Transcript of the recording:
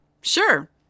Sure